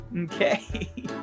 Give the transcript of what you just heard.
Okay